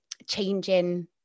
changing